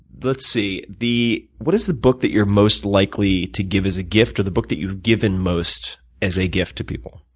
let's see. what is the book that you're most likely to give as a gift or the book that you've given most as a gift to people?